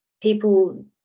people